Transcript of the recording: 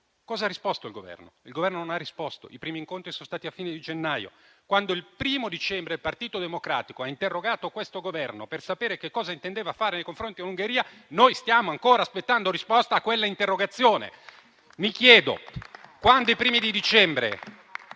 che ha riscritto in autunno). Il Governo non ha risposto. I primi incontri ci sono stati alla fine di gennaio, quando il primo dicembre il Partito Democratico ha interrogato questo Governo per sapere cosa intendesse fare nei confronti dell'Ungheria. Noi stiamo ancora aspettando una risposta a quell'interrogazione. Mi chiedo, quando ai primi di dicembre